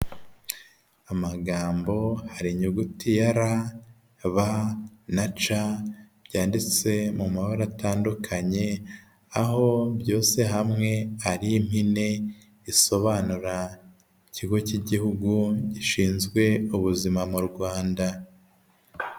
Amagambo hari inyuguti ya R, B, na C, byanditse mu mabara atandukanye, aho byose hamwe ari impine, isobanura ikigo cy'igihugu gishinzwe ubuzima mu Rwanda.